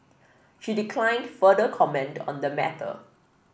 she declined further comment on the matter